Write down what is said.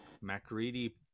MacReady